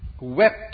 wept